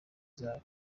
zabo